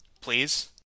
please